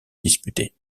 disputée